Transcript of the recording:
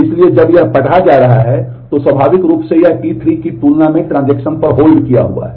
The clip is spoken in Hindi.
इसलिए जब यह पढ़ा जा रहा है तो यह स्वाभाविक रूप से यह T3 की तुलना में ट्रांजेक्शन पर होल्ड किया हुआ है